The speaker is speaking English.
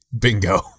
Bingo